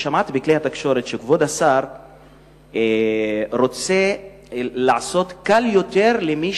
שמעתי בכלי התקשורת שכבוד השר רוצה להקל יותר למי